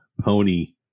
Pony